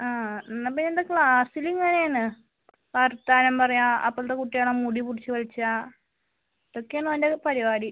ആ എന്നാൽ പിന്നെ എന്താണ് ക്ലാസ്സിൽ ഇങ്ങനെ എന്ന് വർത്തമാനം പറയുക അപ്പുറത്തെ കുട്ടികളുടെ മുടി പിടിച്ച് വലിക്കുക ഇതൊക്കെയാണ് അവൻ്റെ പരിപാടി